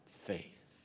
faith